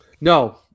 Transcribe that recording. No